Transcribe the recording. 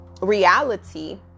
reality